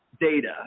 data